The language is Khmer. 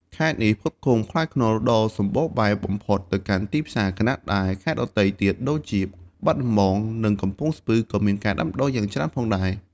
ខេត្តនេះផ្គត់ផ្គង់ផ្លែខ្នុរដ៏សម្បូរបែបបំផុតទៅកាន់ទីផ្សារ ខណៈដែលខេត្តដទៃទៀតដូចជាបាត់ដំបង និងកំពង់ស្ពឺក៏មានការដាំដុះយ៉ាងច្រើនផងដែរ។